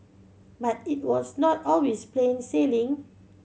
but it was not always plain sailing